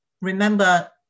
Remember